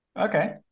Okay